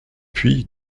puis